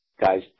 guys